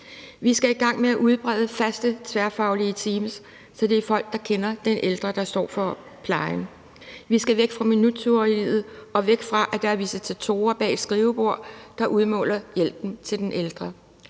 Vi skal i gang med at udbrede faste tværfaglige teams, så det er folk, der kender den ældre, der står for plejen. Vi skal væk fra minuttyranniet og væk fra, at det er visitatorer bag et skrivebord, der udmåler hjælpen til den ældre.